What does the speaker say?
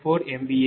5j0